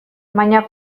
baina